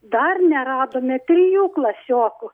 dar neradome trijų klasiokų